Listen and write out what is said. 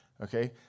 okay